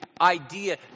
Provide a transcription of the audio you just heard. idea